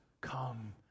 come